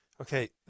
Okay